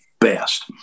best